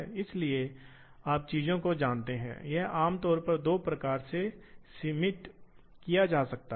दूसरी ओर यदि आप निरपेक्ष का उपयोग कर रहे हैं तो आप हमेशा एक स्थिर उत्पत्ति से करते हैं जो आपने मशीन के समन्वय स्थान में ग्रहण किया है